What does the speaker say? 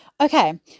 Okay